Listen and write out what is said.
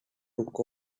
took